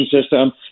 system